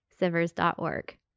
Sivers.org